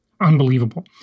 Unbelievable